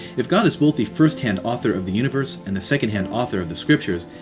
if god is both the first-hand author of the universe and the second-hand author of the scriptures,